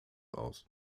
aus